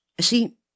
see